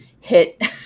hit